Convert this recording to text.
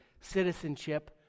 citizenship